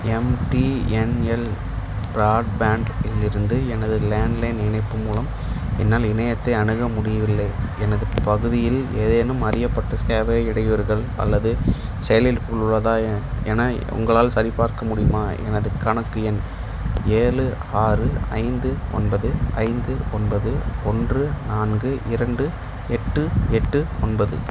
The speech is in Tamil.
எம்டிஎன்எல் ப்ராட்பேண்ட் இலிருந்து எனது லேண்ட்லைன் இணைப்பு மூலம் என்னால் இணையத்தை அணுக முடியவில்லை எனது பகுதியில் ஏதேனும் அறியப்பட்ட சேவை இடையூறுகள் அல்லது செயலிழப்புகள் உள்ளதா எ என உங்களால் சரிபார்க்க முடியுமா எனது கணக்கு எண் ஏழு ஆறு ஐந்து ஒன்பது ஐந்து ஒன்பது ஒன்று நான்கு இரண்டு எட்டு எட்டு ஒன்பது